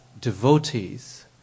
devotees